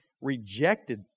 rejected